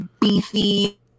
beefy